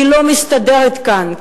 היא לא מסתדרת כאן,